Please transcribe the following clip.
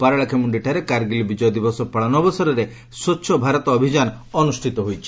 ପାରଳାଖେମୁଖିଠାରେ କାରଗିଲ ବିଜୟ ଦିବସ ପାଳନ ଅବସରରେ ସ୍ୱଛ ଭାରତ ଅଭିଯାନ ଅନୁଷ୍ଠିତ ହୋଇଯାଇଛି